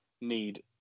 need